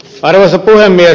arvoisa puhemies